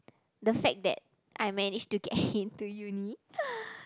the fact that I managed to get into uni